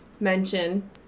Mention